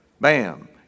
bam